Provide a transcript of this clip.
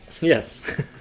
yes